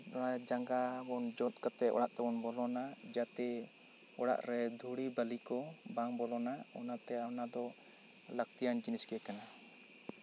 ᱚᱱᱟ ᱨᱮ ᱡᱟᱸᱜᱟ ᱵᱚᱱ ᱡᱚᱜ ᱠᱟᱛᱮ ᱚᱲᱟᱜ ᱛᱮᱵᱚᱱ ᱵᱚᱞᱚᱱᱟ ᱡᱟᱛᱮ ᱚᱲᱟᱜ ᱨᱮ ᱫᱷᱩᱲᱤ ᱵᱟᱹᱞᱤ ᱠᱚ ᱵᱟᱝ ᱵᱚᱞᱚᱱᱟ ᱚᱱᱟ ᱛᱮ ᱚᱱᱟ ᱫᱚ ᱞᱟᱹᱠᱛᱤᱭᱟᱱ ᱡᱤᱱᱤᱥ ᱠᱟᱱᱟ